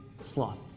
sloth